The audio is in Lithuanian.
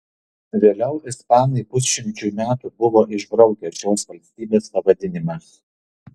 vėliau ispanai pusšimčiui metų buvo išbraukę šios valstybės pavadinimą